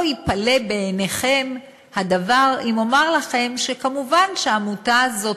לא ייפלא בעיניכם הדבר אם אומר לכם שהעמותה הזו,